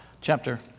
chapter